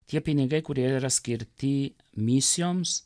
tie pinigai kurie yra skirti misijoms